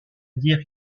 dire